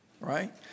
right